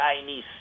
Chinese